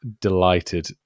delighted